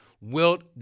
Wilt